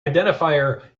identifier